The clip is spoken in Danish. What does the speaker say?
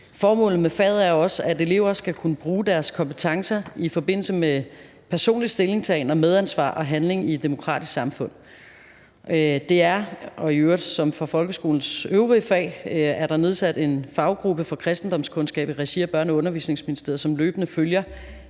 Formålet med faget er også, at elever skal kunne bruge deres kompetencer i forbindelse med personlig stillingtagen og medansvar og handling i et demokratisk samfund. Der er – som der i øvrigt er for folkeskolens øvrige fag – nedsat en faggruppe for kristendomskundskab i regi af Børne- og Undervisningsministeriet, som løbende følger